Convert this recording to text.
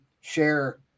share